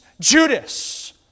Judas